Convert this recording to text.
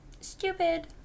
stupid